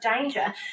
danger